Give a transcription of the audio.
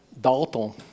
Dalton